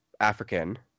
African